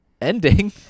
ending